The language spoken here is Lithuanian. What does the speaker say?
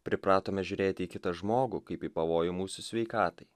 pripratome žiūrėti į kitą žmogų kaip į pavojų mūsų sveikatai